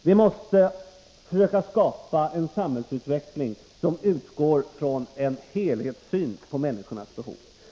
Vi måste försöka få till stånd en samhällsutveckling som utgår från en helhetssyn på människornas behov.